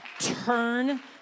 Turn